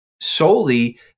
solely